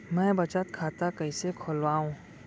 मै बचत खाता कईसे खोलव?